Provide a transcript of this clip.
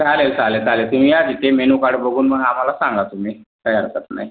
चालेल चालेल चालेल तुमी या इथे मेनू कार्ड बघून मग आम्हाला सांगा तुमी काही हरकत नाई